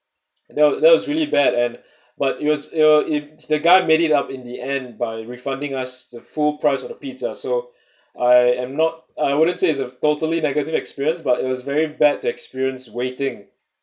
and that wa~ that was really bad and but it was it the guy made it up in the end by refunding us the full price of the pizza so I am not I wouldn't say it's a totally negative experience but it was very bad experience waiting